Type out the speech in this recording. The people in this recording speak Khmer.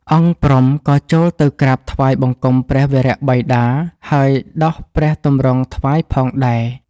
អង្គព្រំ ក៏ចូលទៅក្រាបថ្វាយបង្គំព្រះវរបិតា ហើយដោះព្រះទម្រង់ថ្វាយផងដែរ។